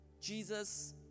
Jesus